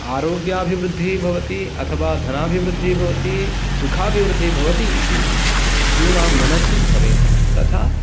आरोग्याभिवृद्धिः भवति अथवा धनाभिवृद्धिः भवति सुखाभिवृद्धिः भवति इति यूनां मनसि भवेत् तथा